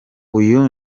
uyu